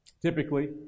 Typically